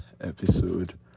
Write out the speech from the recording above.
episode